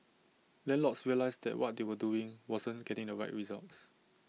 landlords realised that what they were doing wasn't getting the right results